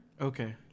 Okay